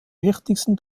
wichtigsten